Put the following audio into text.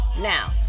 Now